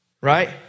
right